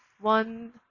one